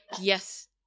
Yes